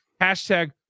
Hashtag